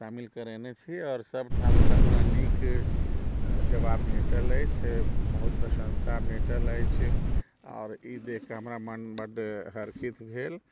शामिल करेने छी आओर सब ठाम से हमरा नीक जवाब भेटल अछि बहुत प्रशंसा भेटल अछि आओर इ देख के हमरा मन बड हरखित भेल